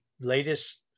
latest